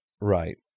Right